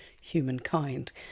humankind